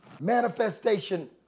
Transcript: manifestation